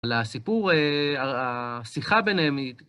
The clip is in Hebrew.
לסיפור, השיחה ביניהם היא...